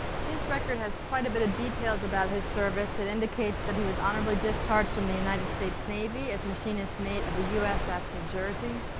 his record has quite a bit of details about his service. it indicates that he was honorably discharged from the united states navy as machinist mate of the u s s. new jersey.